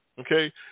Okay